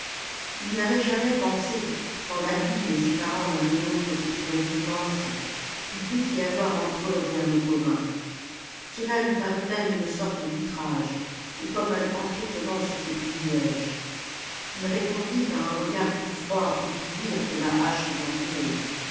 il n'avait jamais pensé tant l'abîme de ses parents l'un de l'autre se trouvait immense qu'il pût y avoir entre eux rien de commun cela lui parut même une sorte d'outrage et comme un empiétement sur ses privilèges ii répondit par un regard plus froid et plus lourd que la hache d'un bourreau